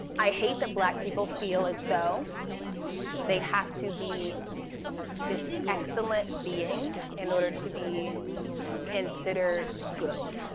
i hate that black people feel as though they have to be this excellent being in order to be considered good,